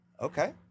okay